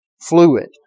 fluid